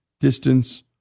distance